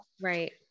right